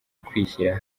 kwishyira